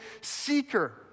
seeker